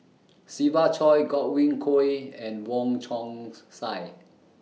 Siva Choy Godwin Koay and Wong Chong Sai